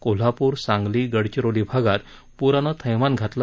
कोल्हापूर सांगली गडचिरोली भागात पुराने थैमान घातलं